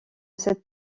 cette